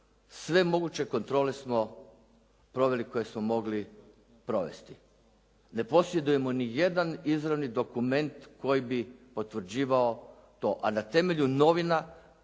sve moguće kontrole smo proveli koje smo mogli provesti. Ne posjedujemo ni jedan izravni dokument koji bi potvrđivao to, a na temelju novina